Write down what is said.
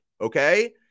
okay